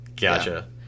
Gotcha